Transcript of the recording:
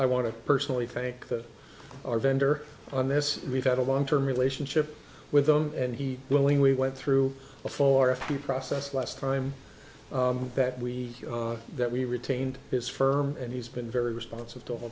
i want to personally thank that our vendor on this we've had a long term relationship with them and he willingly went through a four of the process last time that we that we retained his firm and he's been very responsive to all